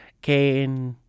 que